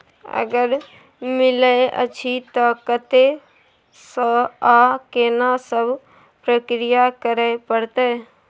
अगर मिलय अछि त कत्ते स आ केना सब प्रक्रिया करय परत?